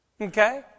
Okay